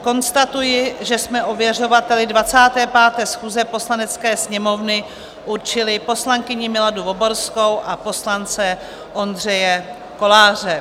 Konstatuji, že jsme ověřovateli 25. schůze Poslanecké sněmovny určili poslankyni Miladu Voborskou a poslance Ondřeje Koláře.